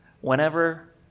whenever